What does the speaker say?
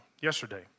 yesterday